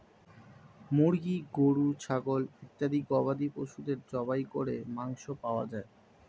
মুরগি, গরু, ছাগল ইত্যাদি গবাদি পশুদের জবাই করে মাংস পাওয়া যায়